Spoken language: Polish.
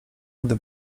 gdy